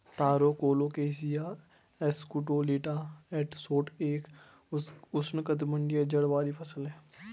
तारो Colocasia esculenta L Schott एक उष्णकटिबंधीय जड़ वाली फसल है